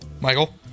Michael